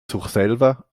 surselva